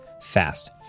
fast